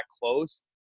close